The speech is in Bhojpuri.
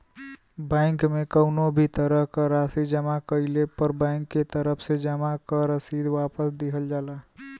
बैंक में कउनो भी तरह क राशि जमा कइले पर बैंक के तरफ से जमा क रसीद वापस दिहल जाला